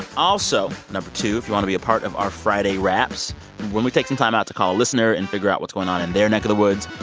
also, number two, if you want to be a part of our friday wraps when we take some time out to call a listener and figure out what's going on in their neck of the woods,